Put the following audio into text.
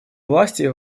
власти